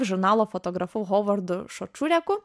žurnalo fotografu hovardu šočureku